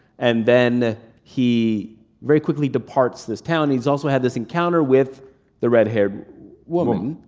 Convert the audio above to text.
and then he very quickly departs this town. he's also had this encounter with the red-haired woman,